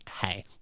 hey